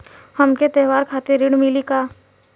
हमके त्योहार खातिर ऋण मिली का?